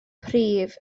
prif